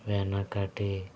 వెనకటి